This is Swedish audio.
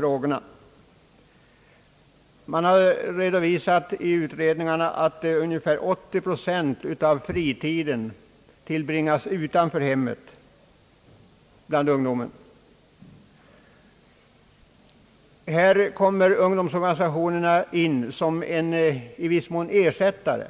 Det har i utredningarna redovisats att ungdomen tillbringar ungefär 80 procent av fritiden utanför hemmet. Här kommer ungdomsorganisationerna in i viss mån som ersättare